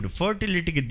fertility